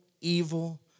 evil